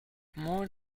more